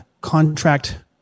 contract